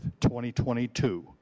2022